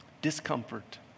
discomfort